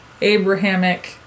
Abrahamic